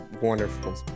wonderful